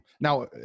now